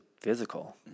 physical